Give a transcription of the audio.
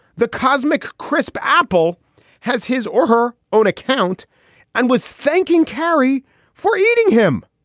the cosmic crisp apple has his or her own account and was thanking carey for eating him.